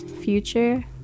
Future